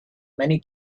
many